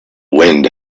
wind